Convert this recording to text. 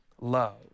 love